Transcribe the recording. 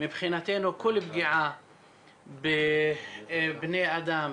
מבחינתנו כל פגיעה בבני אדם,